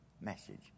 message